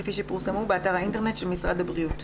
כפי שפורסמו באתר האינטרנט של משרד הבריאות.